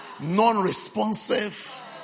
Non-responsive